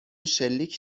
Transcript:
شلیک